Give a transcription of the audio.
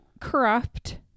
corrupt